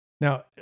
Now